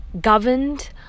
governed